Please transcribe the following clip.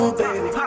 baby